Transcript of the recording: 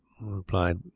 replied